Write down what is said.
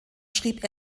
schrieb